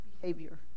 behavior